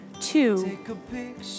two